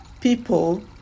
people